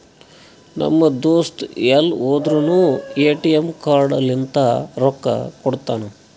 ನಮ್ ದೋಸ್ತ ಎಲ್ ಹೋದುರ್ನು ಎ.ಟಿ.ಎಮ್ ಕಾರ್ಡ್ ಲಿಂತೆ ರೊಕ್ಕಾ ಕೊಡ್ತಾನ್